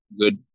good